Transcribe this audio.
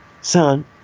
son